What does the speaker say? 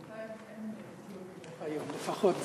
בינתיים אין אתיופי אוחיון, לפחות זה.